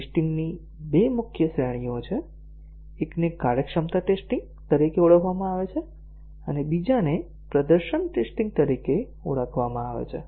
testing ની બે મુખ્ય શ્રેણીઓ છે એકને કાર્યક્ષમતા ટેસ્ટીંગ તરીકે ઓળખવામાં આવે છે અને બીજાને પ્રદર્શન ટેસ્ટીંગ તરીકે ઓળખવામાં આવે છે